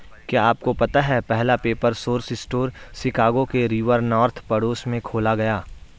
क्या आपको पता है पहला पेपर सोर्स स्टोर शिकागो के रिवर नॉर्थ पड़ोस में खोला गया?